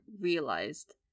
realized